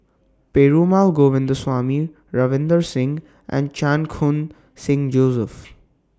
Perumal Govindaswamy Ravinder Singh and Chan Khun Sing Joseph